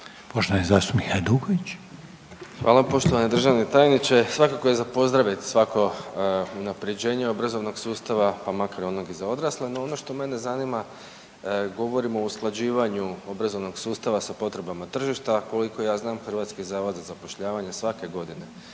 Poštovani državni tajniče. Svakako je za pozdraviti svako unapređenje obrazovnog sustava pa makar onog i za odrasle, no ono što mene zanima govorimo o usklađivanju obrazovnog sustava sa potrebama tržišta. Koliko ja znam HZZ svake godine